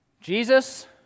Jesus